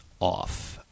off